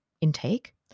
intake